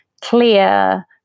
clear